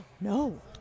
No